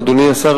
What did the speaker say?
אדוני השר,